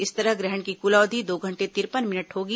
इस तरह ग्रहण की कुल अवधि दो घंटे तिरपन मिनट होगी